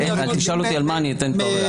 --- לא, לא.